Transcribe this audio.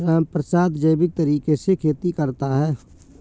रामप्रसाद जैविक तरीके से खेती करता है